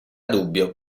dubbio